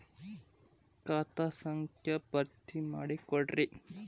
ಖಾತಾ ಸಂಖ್ಯಾ ಭರ್ತಿ ಮಾಡಿಕೊಡ್ರಿ